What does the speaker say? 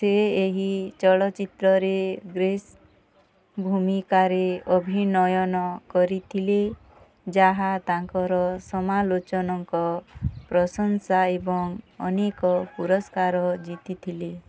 ସେ ଏହି ଚଳଚ୍ଚିତ୍ରରେ ଗ୍ରେସ୍ ଭୂମିକାରେ ଅଭିନୟ କରିଥିଲେ ଯାହା ତାଙ୍କର ସମାଲୋଚକଙ୍କ ପ୍ରଶଂସା ଏବଂ ଅନେକ ପୁରସ୍କାର ଜିତିଥିଲେ